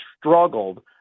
struggled